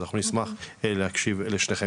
אז אנחנו נשמח להקשיב לכם.